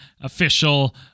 official